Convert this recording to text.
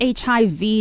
HIV